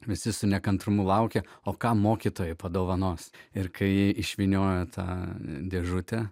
visi su nekantrumu laukė o ką mokytojai padovanos ir kai išvyniojo tą dėžutę